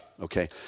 Okay